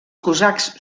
cosacs